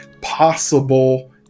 possible